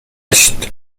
هشت